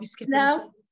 No